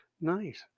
Nice